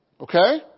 Okay